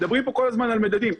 מדברים פה כל הזמן על מדדים.